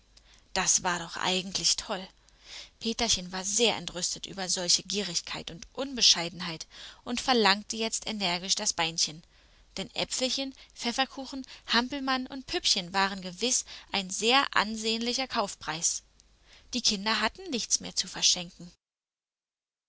das war doch eigentlich toll peterchen war sehr entrüstet über solche gierigkeit und unbescheidenheit und verlangte jetzt energisch das beinchen denn äpfelchen pfefferkuchen hampelmann und püppchen waren gewiß ein sehr ansehnlicher kaufpreis die kinder hatten nichts mehr zu verschenken